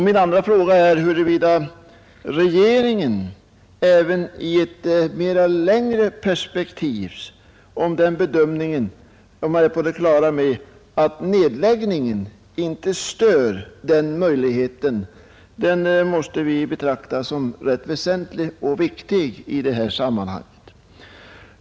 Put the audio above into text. Min andra fråga är huruvida regeringen även i ett längre perspektiv är på det klara med att nedläggningen inte stör denna möjlighet. Den måste vi nämligen betrakta som rätt väsentlig och viktig i detta sammanhang.